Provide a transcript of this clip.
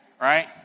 right